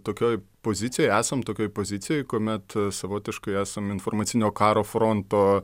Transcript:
tokioj pozicijoj esam tokioj pozicijoj kuomet savotiškai esam informacinio karo fronto